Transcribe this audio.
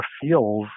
feels